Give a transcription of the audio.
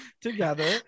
together